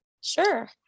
Sure